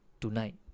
Tonight